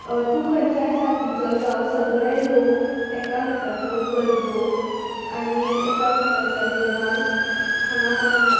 तूं खंयच्याय जातीचो जावं सगळे लोक एकामेकांच्यो परबो आनी एकामेकांच्या देवांक हांगा मानतात